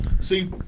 See